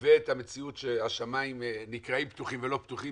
ואת המציאות שהשמים נקראים פתוחים והם לא פתוחים,